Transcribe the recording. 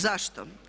Zašto?